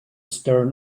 stern